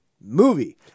movie